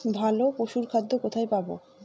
ভালো পশুর খাদ্য কোথায় পাবো?